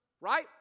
Right